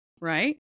right